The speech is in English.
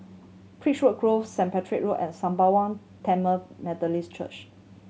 Beechwood Grove Saint Patrick Road and Sembawang Tamil Methodist Church